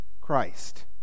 Christ